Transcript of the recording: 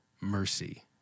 mercy